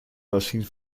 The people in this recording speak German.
maschinen